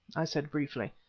i said briefly.